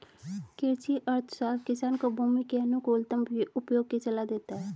कृषि अर्थशास्त्र किसान को भूमि के अनुकूलतम उपयोग की सलाह देता है